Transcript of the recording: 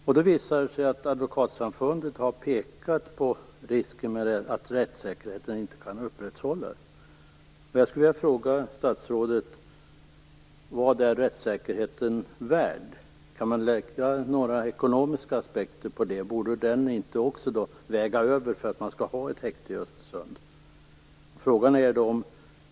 Det har visat sig att Advokatsamfundet har pekat på risken för att rättssäkerheten inte kan upprätthållas. Jag vill fråga statsrådet: Vad är rättssäkerheten värd? Kan man lägga några ekonomiska aspekter på det? Borde inte detta väga över till fördel för ett häkte i Östersund?